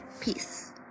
Peace